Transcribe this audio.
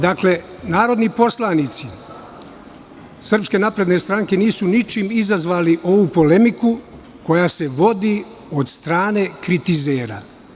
Dakle, narodni poslanici SNS nisu ničim izazvali ovu polemiku koja se vodi od strane kritizera.